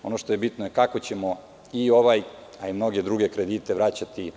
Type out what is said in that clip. Ono što je bitno je kako ćemo i ovaj, a i mnoge druge kredite vraćati.